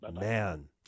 man